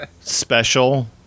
special